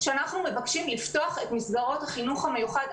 שאנחנו מבקשים לפתוח את מסגרות החינוך המיוחד.